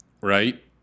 Right